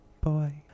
boy